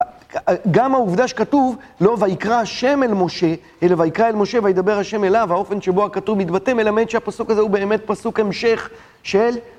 גם העובדה שכתוב, לא ויקרא השם אל משה, אלא ויקרא אל משה וידבר השם אליו, האופן שבו הכתוב מתבטא מלמד שהפסוק הזה הוא באמת פסוק המשך של